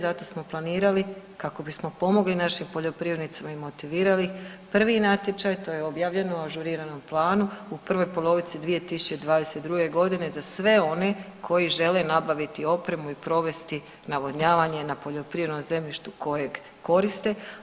Zato smo planirali kako bismo pomogli našim poljoprivrednicima i motivirali, prvi natječaj to je objavljeno u ažuriranom planu u prvoj polovici 2022. godine za sve one koji žele nabaviti opremu i provesti navodnjavanje na poljoprivrednom zemljištu kojeg koriste.